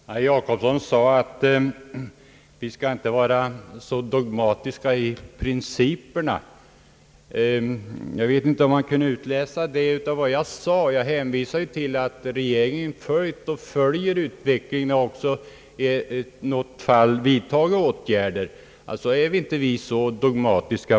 Herr talman! Herr Jacobsson sade att vi inte skall vara så dogmatiska. Jag vet inte om man kunde utläsa någon dogmatism av vad jag sade. Jag hänvisade till att regeringen följt och följer utvecklingen och i något fall också vidtagit åtgärder. Vi är alltså inte dogmatiska.